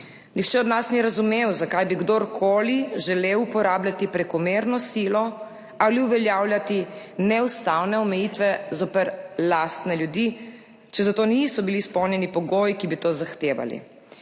Nihče od nas ni razumel, zakaj bi kdorkoli želel uporabljati prekomerno silo ali uveljavljati neustavne omejitve zoper lastne ljudi, če za to niso bili izpolnjeni pogoji, ki bi to zahtevali.